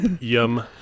yum